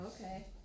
Okay